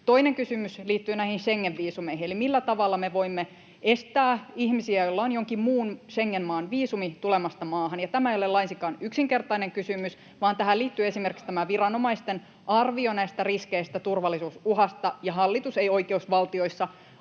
Toinen kysymys liittyy Schengen-viisumeihin eli siihen, millä tavalla me voimme estää ihmisiä, joilla on jonkin muun Schengen-maan viisumi, tulemasta maahan. Ja tämä ei ole laisinkaan yksinkertainen kysymys, vaan tähän liittyy esimerkiksi viranomaisten arvio näistä riskeistä, turvallisuusuhasta, ja hallitus ei oikeusvaltiossa